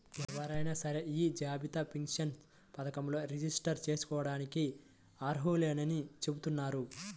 ఎవరైనా సరే యీ జాతీయ పెన్షన్ పథకంలో రిజిస్టర్ జేసుకోడానికి అర్హులేనని చెబుతున్నారు